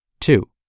Two